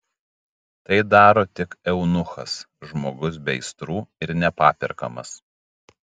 tai daro tik eunuchas žmogus be aistrų ir nepaperkamas